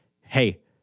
Hey